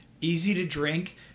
easy-to-drink